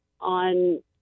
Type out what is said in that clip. on